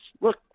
Look